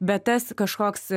bet tas kažkoks